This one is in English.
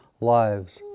lives